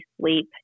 sleep